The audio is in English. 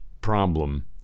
problem